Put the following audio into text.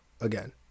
Again